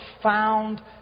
profound